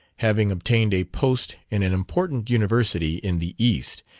having obtained a post in an important university in the east,